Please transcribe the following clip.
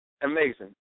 amazing